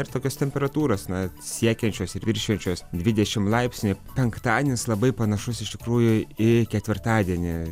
ir tokios temperatūros na siekiančios ir viršijančios dvidešim laipsnių penktadienis labai panašus iš tikrųjų į ketvirtadienį